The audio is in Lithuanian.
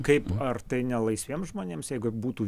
kaip ar tai ne laisviems žmonėms jeigu būtų